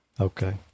Okay